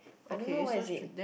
I don't know where is it